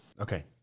Okay